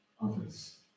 others